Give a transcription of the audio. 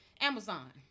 Amazon